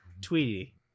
Tweety